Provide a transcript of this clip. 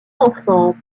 enfants